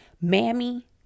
mammy